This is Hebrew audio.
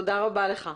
תודה רבה לך.